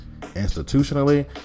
Institutionally